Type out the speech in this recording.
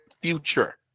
future